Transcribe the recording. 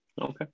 okay